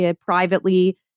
privately